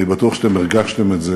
אני בטוח שאתם הרגשתם את זה